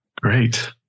Great